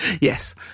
Yes